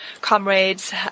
Comrades